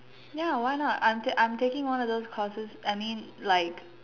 ya why not I'm I'm taking one of those classes I mean like